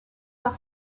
par